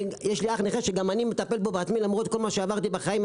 ויש לי אח נכה שאני מטפל בו בעצמי למרות כל מה שעברתי בעצמי בחיים.